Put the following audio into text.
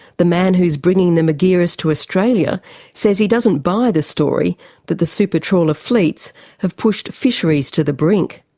the man who's bringing the margiris to australia says he doesn't buy the story that the super trawler fleets have pushed fisheries to the brink.